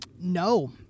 No